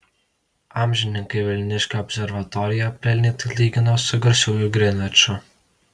amžininkai vilniškę observatoriją pelnytai lygino su garsiuoju grinviču